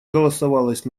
голосовалась